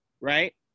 right